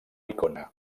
icona